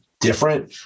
different